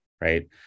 right